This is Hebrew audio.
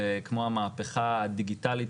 וכמו המהפכה הדיגיטלית,